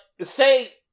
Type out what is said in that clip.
say